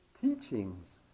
teachings